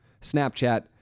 Snapchat